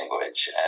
language